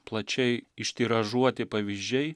plačiai ištiražuoti pavyzdžiai